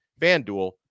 FanDuel